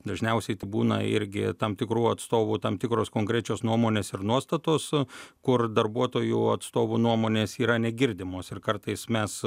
dažniausiai tai būna irgi tam tikrų atstovų tam tikros konkrečios nuomonės ir nuostatos kur darbuotojų atstovų nuomonės yra negirdimos ir kartais mes